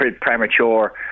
premature